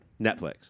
Netflix